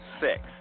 six